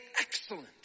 excellent